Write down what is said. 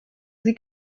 sie